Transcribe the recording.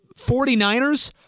49ers